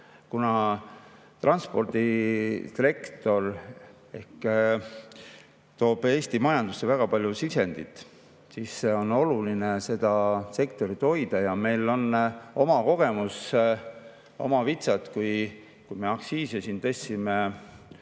Kuna transpordisektor toob Eesti majandusse väga palju sisendit, siis on oluline seda sektorit hoida. Meil on oma kogemus, oma vitsad sellest, kui me aktsiise tõstsime 2017